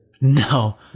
No